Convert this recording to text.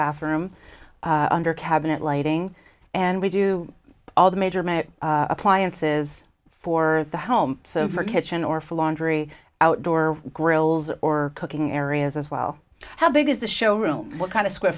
bathroom under cabinet lighting and we do all the major may appliances for the home so for kitchen or for laundry outdoor grills or cooking areas as well how big is the show room what kind of square